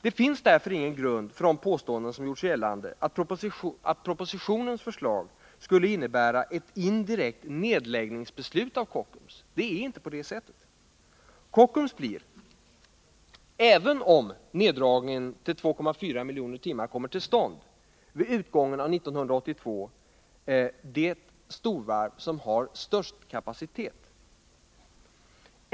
Det finns därför ingen grund för de påståenden som gjorts om att propositionens förslag skulle innebära ett indirekt beslut om nedläggning av Kockums. Det är inte på det sättet. Kockums blir, även om neddragningen till 2,4 miljoner timmar kommer till stånd, vid utgången av 1982 det storvarv som har störst kapacitet.